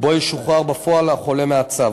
שבו ישוחרר בפועל החולה מהצו.